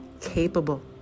capable